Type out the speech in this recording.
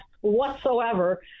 whatsoever